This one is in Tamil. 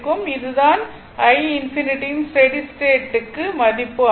இது தான் i∞ யின் ஸ்டெடி ஸ்டேட் க்கு மதிப்பு ஆகும்